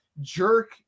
jerk